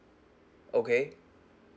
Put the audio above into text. okay